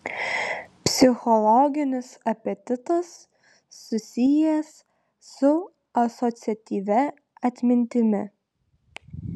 psichologinis apetitas susijęs su asociatyvia atmintimi